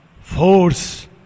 Force